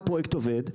איך הפרויקט עובד?